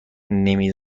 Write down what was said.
نمی